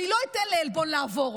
אני לא אתן לעלבון לעבור.